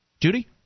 Judy